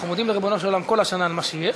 אנחנו מודים לריבונו של עולם כל השנה על מה שיש,